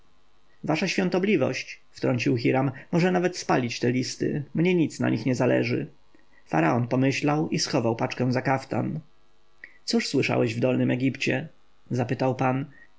wasza świątobliwość wtrącił hiram może nawet spalić te listy mnie nic na nich nie zależy faraon pomyślał i schował paczkę za kaftan cóż słyszałeś w dolnym egipcie zapytał pan